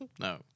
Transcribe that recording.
No